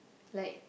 like